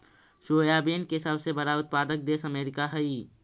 soybean के सबसे बड़ा उत्पादक देश अमेरिका हइ